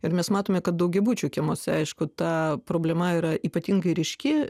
ir mes matome kad daugiabučių kiemuose aišku ta problema yra ypatingai ryški